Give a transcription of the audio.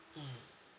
mmhmm